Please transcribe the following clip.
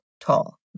tall